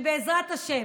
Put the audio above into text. בעזרת השם,